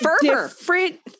different